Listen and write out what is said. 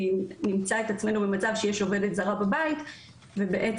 נמצא את עצמנו שיש עובדת זרה בבית ובעצם,